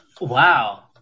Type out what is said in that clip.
Wow